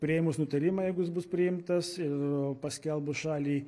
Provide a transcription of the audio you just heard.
priėmus nutarimą jeigu bus priimtas ir paskelbus šalį